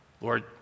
Lord